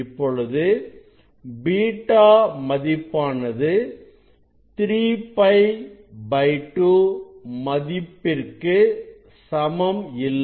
இப்பொழுது β மதிப்பானது 3π2 மதிப்பிற்கு சமம் இல்லை